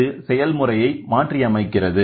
இது செயல்முறையை மாற்றி அமைக்கிறது